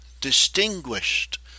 distinguished